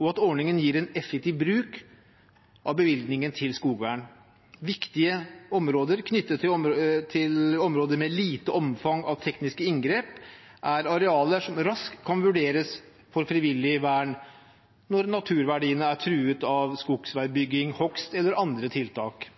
og at ordningen gir en effektiv bruk av bevilgningen til skogvern. Viktige områder knyttet til områder med lite omfang av tekniske inngrep er arealer som raskt kan vurderes for frivillig vern når naturverdiene er truet av skogsveibygging, hogst eller andre tiltak.